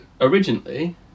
originally